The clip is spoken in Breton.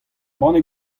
banne